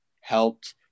helped